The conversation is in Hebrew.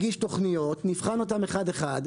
צריך להגיש תוכניות, נבחן אותן אחת-אחת,